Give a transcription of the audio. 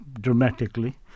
dramatically